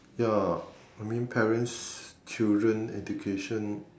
ya or maybe parents children education